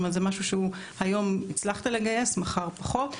גם כי היום הצלחת לגייס ומחר פחות,